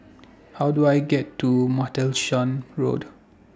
How Do I get to Martlesham Road